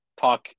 talk